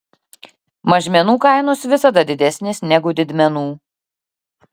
mažmenų kainos visada didesnės negu didmenų